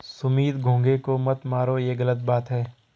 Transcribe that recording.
सुमित घोंघे को मत मारो, ये गलत बात है